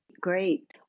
Great